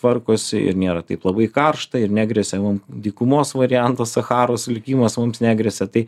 tvarkosi ir nėra taip labai karšta ir negresia mum dykumos variantas sacharos likimas mums negresia tai